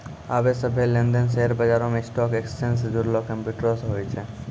आबे सभ्भे लेन देन शेयर बजारो मे स्टॉक एक्सचेंज से जुड़लो कंप्यूटरो से होय छै